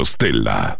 Stella